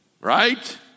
Right